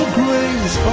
grace